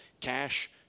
cash